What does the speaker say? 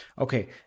Okay